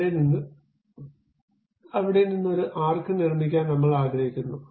അവിടെ നിന്ന് ഒരു ആർക്ക് നിർമ്മിക്കാൻ നമ്മൾ ആഗ്രഹിക്കുന്നു